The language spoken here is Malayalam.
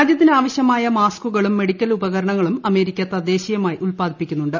രാജ്യത്തിനാവശ്യമായ മാസ്ക്കുകളും മെഡിക്കൽ ഉപകരണങ്ങളും അമേരിക്ക തദ്ദേശീയമായി ഉത്പാദിപ്പിക്കുന്നുണ്ട്